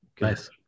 nice